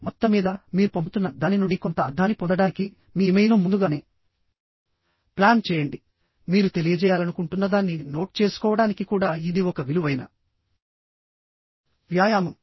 మొత్తంమీద మీరు పంపుతున్న దాని నుండి కొంత అర్థాన్ని పొందడానికి మీ ఇమెయిల్ను ముందుగానే ప్లాన్ చేయండిమీరు తెలియజేయాలనుకుంటున్నదాన్ని నోట్ చేసుకోవడానికి కూడా ఇది ఒక విలువైన వ్యాయామం